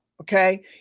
okay